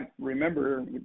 remember